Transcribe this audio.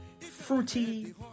fruity